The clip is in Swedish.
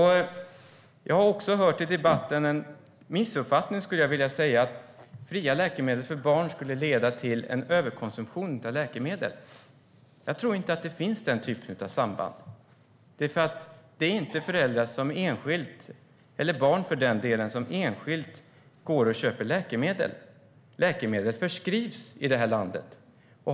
I debatten har jag också hört missuppfattningen att fria läkemedel för barn leder till en överkonsumtion av läkemedel. Jag tror inte att det finns ett sådant samband. Föräldrar och barn kan inte bara gå och köpa läkemedel, för i vårt land förskrivs läkemedel.